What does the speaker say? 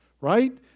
right